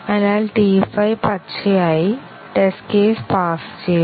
അതിനാൽ T5 പച്ചയായി test case pass ചെയ്തു